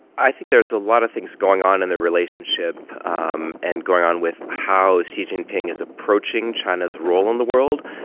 i think there's a lot of things going on in the relationship um and going on with how xi jinping is approaching china's role in the world.